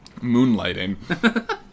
Moonlighting